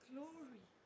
Glory